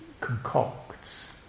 concocts